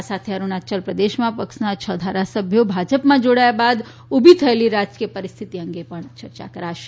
આ સાથે અરૂણાચલ પ્રદેશમાં પક્ષના છ ધારાસભ્યો ભાજપમાં જોડાયા બાદ ઉભી થયેલી રાજકીય પરિસ્થિતિ અંગે પણ ચર્ચા કરાશે